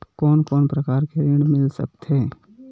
कोन कोन प्रकार के ऋण मिल सकथे?